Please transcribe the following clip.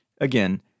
again